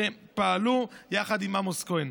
שפעלו יחד עם עמוס כהן.